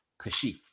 Kashif